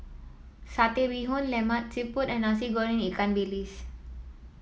Satay Bee Hoon Lemak Siput and Nasi Goreng Ikan Bilis